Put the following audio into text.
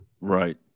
right